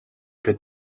good